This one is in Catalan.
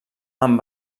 amb